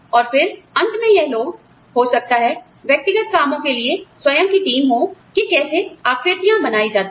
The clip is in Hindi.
और फिर अंत में यह लोग आप जानते हैं हो सकता है व्यक्तिगत कामों के लिए स्वयं की टीम हो कि कैसे आकृतियाँ बनाई जाती हैं